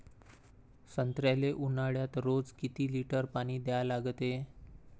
संत्र्याले ऊन्हाळ्यात रोज किती लीटर पानी द्या लागते?